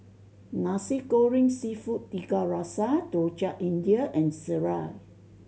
Nasi Goreng Seafood Tiga Rasa Rojak India and sireh